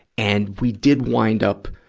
and we did wind up,